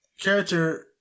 character